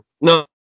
no